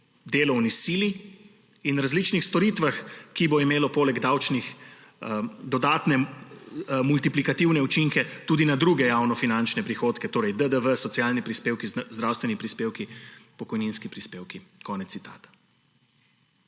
delovni sili in različnih storitvah, kar bo imelo poleg davčnih dodatne multiplikativne učinke tudi na druge javnofinančne prihodke, torej DDV, socialni prispevki, zdravstveni prispevki, pokojninski prispevki.« Konec citata.